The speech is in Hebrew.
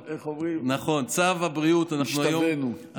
השתווינו.